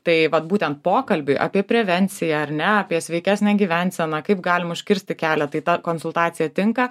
tai vat būtent pokalbiui apie prevenciją ar ne apie sveikesnę gyvenseną kaip galim užkirsti kelią tai ta konsultacija tinka